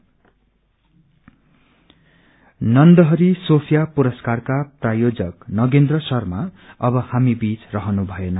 demise Nandahari Sofia पुरस्कारका आयोजक नगेन्द्र शर्मा अब हामीबीच रहनु भएन